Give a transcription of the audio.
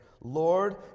Lord